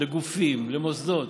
גופים, מוסדות,